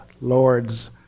lords